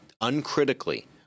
uncritically—